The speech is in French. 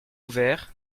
ouvert